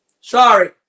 Sorry